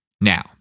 Now